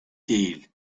değil